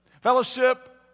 Fellowship